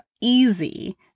easy